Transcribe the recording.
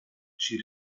she